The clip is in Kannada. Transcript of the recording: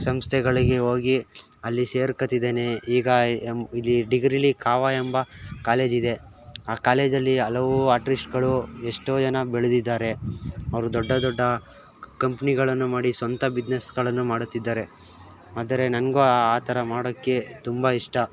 ಸಂಸ್ಥೆಗಳಿಗೆ ಹೋಗಿ ಅಲ್ಲಿ ಸೆರ್ಕೋತಿದ್ದೇನೆ ಈಗ ಎಮ್ ಇಲ್ಲಿ ಡಿಗ್ರೀಲಿ ಕಾವ ಎಂಬ ಕಾಲೇಜ್ ಇದೆ ಆ ಕಾಲೇಜಲ್ಲಿ ಹಲವು ಆರ್ಟಿಶ್ಟ್ಗಳು ಎಷ್ಟೋ ಜನ ಬೆಳೆದಿದ್ದಾರೆ ಅವರು ದೊಡ್ಡ ದೊಡ್ಡ ಕಂಪ್ನಿಗಳನ್ನು ಮಾಡಿ ಸ್ವಂತ ಬಿಜ್ನೆಸ್ಗಳನ್ನು ಮಾಡುತ್ತಿದ್ದಾರೆ ಆದರೆ ನನಗೂ ಆ ಥರ ಮಾಡೊಕ್ಕೆ ತುಂಬ ಇಷ್ಟ